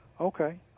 Okay